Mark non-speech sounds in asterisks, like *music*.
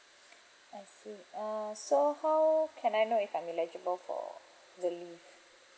*breath* I see uh so how can I know if I'm eligible for the leave